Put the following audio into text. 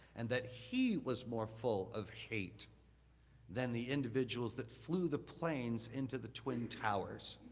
and that he was more full of hate than the individuals that flew the planes into the twin towers.